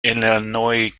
illinois